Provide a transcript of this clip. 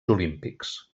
olímpics